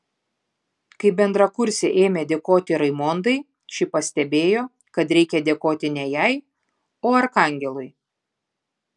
kai bendrakursė ėmė dėkoti raimondai ši pastebėjo kad reikia dėkoti ne jai o arkangelui